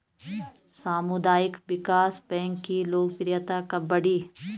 सामुदायिक विकास बैंक की लोकप्रियता कब बढ़ी?